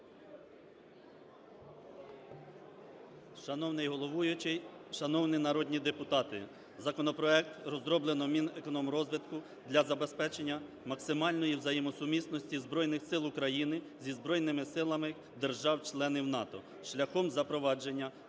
Шановний головуючий, шановні народні депутати, законопроект розроблено Мінекономрозвитку для забезпечення максимальної взаємосумісності Збройних Сил України зі Збройними Силами держав-членів НАТО шляхом запровадження